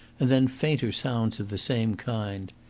and then fainter sounds of the same kind.